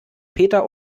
peter